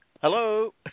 Hello